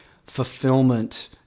Fulfillment